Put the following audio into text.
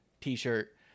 t-shirt